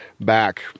back